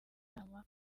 inama